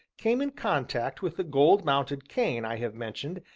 came in contact with the gold-mounted cane i have mentioned,